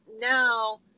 now